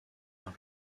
arts